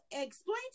explain